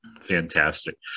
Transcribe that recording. Fantastic